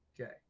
Okay